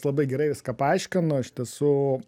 labai gerai viską paaiškino iš tiesų